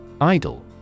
Idle